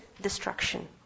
destruction